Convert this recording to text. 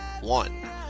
one